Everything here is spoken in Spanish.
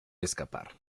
escapar